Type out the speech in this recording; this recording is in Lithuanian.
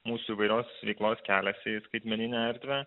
mūsų įvairios veiklos kelias į skaitmeninę erdvę